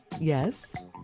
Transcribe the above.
Yes